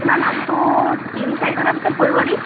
আপোনাৰ নামটো তিনি চাৰিজনৰ পিছত পৰিব নেকি